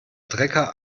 trecker